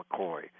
McCoy